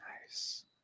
nice